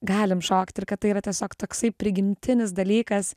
galim šokt ir kad tai yra tiesiog toksai prigimtinis dalykas